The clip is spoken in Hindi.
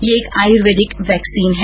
ये एक आयुर्वेदिक वैक्सीन है